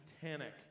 titanic